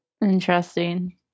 Interesting